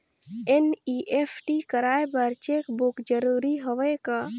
NEFT कराय बर cheque book जरूरी हवय का?